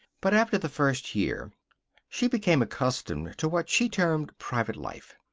but after the first year she became accustomed to what she termed private life.